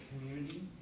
community